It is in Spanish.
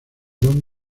don